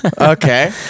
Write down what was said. Okay